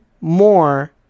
more